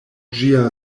ĝia